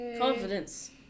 Confidence